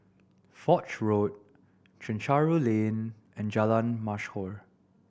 Foch Road Chencharu Lane and Jalan Mashhor